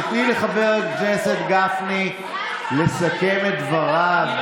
תיתני לחבר הכנסת גפני לסכם את דבריו.